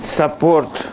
support